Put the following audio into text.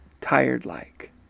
tired-like